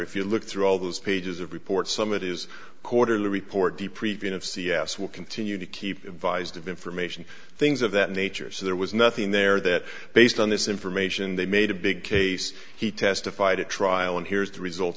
if you look through all those pages of reports some it is quarterly report the preventive c s will continue to keep vised of information things of that nature so there was nothing there that based on this information they made a big case he testified at trial and here's the results